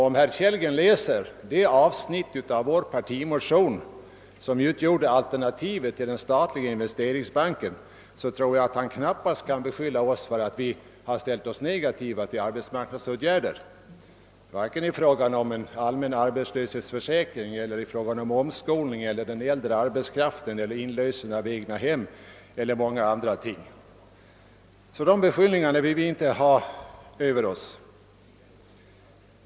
Om herr Kellgren läser det avsnitt i högerns partimotion i våras i anledning av den statliga investeringsbanken, tror jag knappast att han kan påstå att vi har ställt oss negativa till arbetsmarknadsåtgärder, det må gälla en allmän arbetslöshetsförsäkring, omskolning, äldre arbetskraft eller inlösen av egnahem och mycket annat. De beskyllningarna vill vi tillbakavisa.